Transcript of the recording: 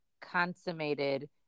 consummated